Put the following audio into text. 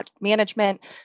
management